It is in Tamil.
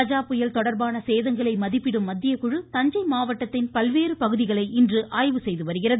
கஜா புயல் தொடா்பான சேதங்களை மதிப்பிடும் மத்தியக்குழு தஞ்சை மாவட்டத்தின் பல்வேறு பகுதிகளை இன்று ஆய்வு செய்து வருகிறது